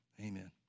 amen